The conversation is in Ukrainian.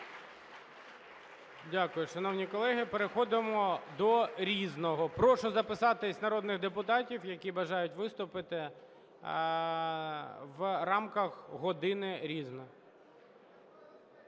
Дякую. Шановні колеги, переходимо до "Різного". Прошу записатись народних депутатів, які бажають виступити в рамках години "Різне".